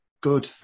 good